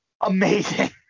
amazing